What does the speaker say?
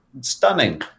stunning